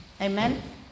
Amen